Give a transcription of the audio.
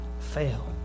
fail